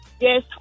Yes